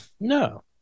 No